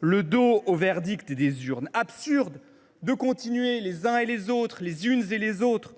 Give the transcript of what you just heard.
le dos au verdict des urnes ; absurde encore de continuer, les uns et les autres, les unes et les autres,